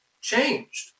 Changed